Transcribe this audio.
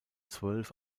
zwölf